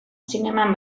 zineman